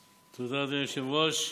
תודה, אדוני היושב-ראש.